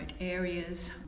areas